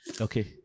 Okay